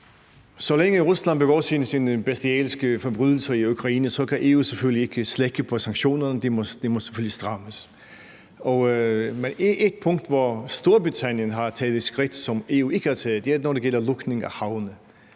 Så længe Rusland begår sine bestialske forbrydelser i Ukraine, kan EU selvfølgelig ikke slække på sanktionerne, og de må selvfølgelig strammes. Men der er ét punkt, hvor Storbritannien har taget et skridt, som EU ikke har taget, og det er, når det gælder lukning af havne.